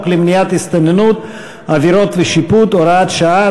למניעת הסתננות (עבירות ושיפוט) (הוראת שעה),